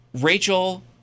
Rachel